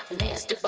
based